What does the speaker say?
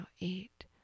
eight